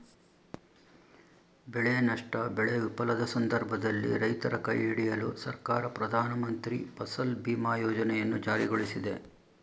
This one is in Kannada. ಬೆಳೆ ನಷ್ಟ ಬೆಳೆ ವಿಫಲದ ಸಂದರ್ಭದಲ್ಲಿ ರೈತರ ಕೈಹಿಡಿಯಲು ಸರ್ಕಾರ ಪ್ರಧಾನಮಂತ್ರಿ ಫಸಲ್ ಬಿಮಾ ಯೋಜನೆಯನ್ನು ಜಾರಿಗೊಳಿಸಿದೆ